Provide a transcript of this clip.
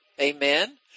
Amen